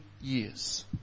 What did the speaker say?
years